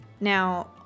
Now